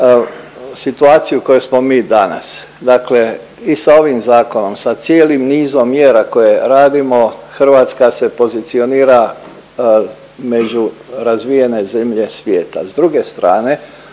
situaciju u kojoj smo mi danas, dakle i sa ovim zakonom, sa cijelim nizom mjera koje radimo Hrvatska se pozicionira među razvijene zemlje svijeta. S druge strane